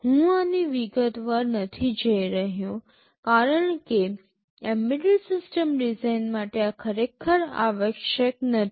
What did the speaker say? હું આની વિગતવાર નથી જઈ રહ્યો કારણ કે એમ્બેડેડ સિસ્ટમ ડિઝાઇન માટે આ ખરેખર આવશ્યક નથી